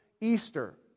Easter